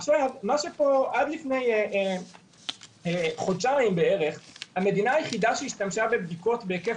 עד לפני חודשיים בערך המדינה היחידה שהשתמשה בבדיקות בהיקף